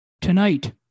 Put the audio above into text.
tonight